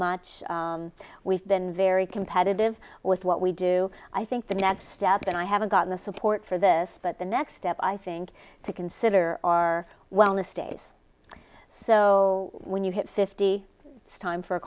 much we've been very competitive with what we do i think the next step and i haven't gotten the support for this but the next step i think to consider are wellness days so when you hit fifty stime for a